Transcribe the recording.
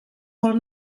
molt